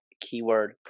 keyword